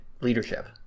leadership